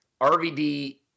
rvd